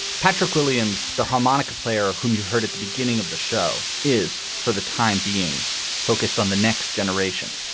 patrick williams, the harmonica player whom you heard at the beginning of the show, is for the time being focused on the next generation.